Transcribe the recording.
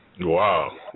Wow